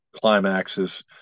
climaxes